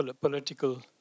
political